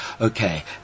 Okay